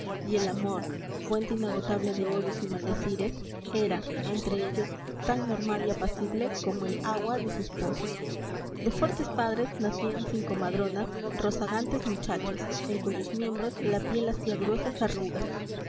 y el amor fuente inagotable de odios y maldecires era entre ellos tan normal y apacible como el agua de sus pozos de fuertes padres nacían sin comadronas rozagantes muchachos en cuyos miembros la piel hacía gruesas arrugas